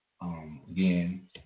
Again